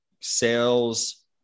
sales